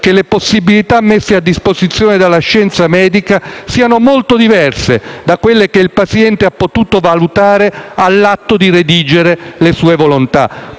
che le possibilità messe a disposizione della scienza medica siano molto diverse da quelle che il paziente ha potuto valutare all'atto di redigere le sue volontà.